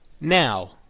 Now